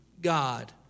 God